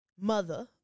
mother